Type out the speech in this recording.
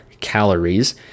calories